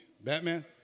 Batman